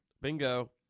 Bingo